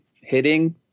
hitting